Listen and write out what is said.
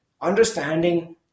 Understanding